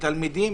מתלמידים,